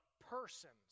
persons